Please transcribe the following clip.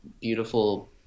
beautiful